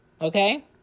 Okay